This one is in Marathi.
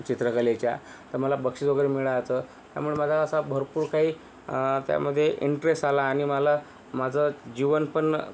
चित्रकलेच्या तर मला बक्षीस वगैरे मिळायचं त्यामुळं माझा असा भरपूर काही त्यामध्ये इंटरेस्ट आला आणि मला माझं जीवन पण